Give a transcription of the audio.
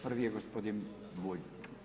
Prvi je gospodin Bulj.